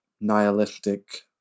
nihilistic